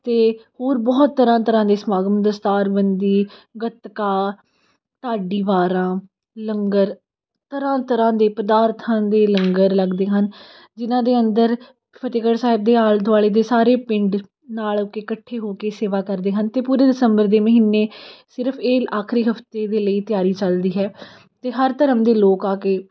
ਅਤੇ ਹੋਰ ਬਹੁਤ ਤਰ੍ਹਾਂ ਤਰ੍ਹਾਂ ਦੇ ਸਮਾਗਮ ਦਸਤਾਰਬੰਦੀ ਗੱਤਕਾ ਢਾਡੀ ਵਾਰਾਂ ਲੰਗਰ ਤਰ੍ਹਾਂ ਤਰ੍ਹਾਂ ਦੇ ਪਦਾਰਥਾਂ ਦੇ ਲੰਗਰ ਲੱਗਦੇ ਹਨ ਜਿਨ੍ਹਾਂ ਦੇ ਅੰਦਰ ਫਤਿਹਗੜ੍ਹ ਸਾਹਿਬ ਦੇ ਆਲੇ ਦੁਆਲੇ ਦੇ ਸਾਰੇ ਪਿੰਡ ਨਾਲ ਹੋ ਕੇ ਇਕੱਠੇ ਹੋ ਕੇ ਸੇਵਾ ਕਰਦੇ ਹਨ ਅਤੇ ਪੂਰੇ ਦਸੰਬਰ ਦੇ ਮਹੀਨੇ ਸਿਰਫ ਇਹ ਆਖਰੀ ਹਫਤੇ ਦੇ ਲਈ ਤਿਆਰੀ ਚੱਲਦੀ ਹੈ ਅਤੇ ਹਰ ਧਰਮ ਦੇ ਲੋਕ ਆ ਕੇ